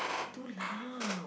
too loud